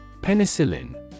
Penicillin